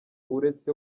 uretse